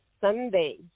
Sunday